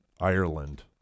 Ireland